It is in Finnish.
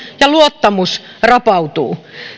ja luottamus rapautuu